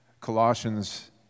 Colossians